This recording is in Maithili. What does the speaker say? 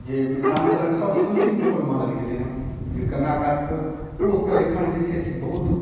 जे मिथिलाञ्चलके सबसँ अन्तिम छोर मानल गेलै हँ जे गङ्गा कातके ओतऽ एखन जे छै से बहुत